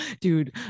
dude